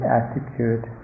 attitude